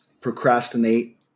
procrastinate